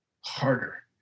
harder